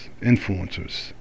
influencers